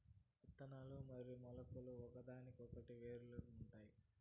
ఇత్తనాలు మరియు మొలకలు ఒకదానికొకటి వేరుగా ఉంటాయి